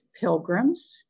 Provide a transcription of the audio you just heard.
pilgrims